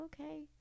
okay